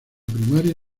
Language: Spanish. primaria